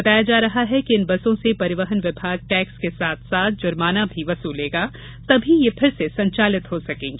बताया जा रहा है कि इन बसों से परिवहन विभाग टैक्स के साथ साथ जुर्माना भी वसूलेगा तभी ये पुनः संचालित हो सकेंगी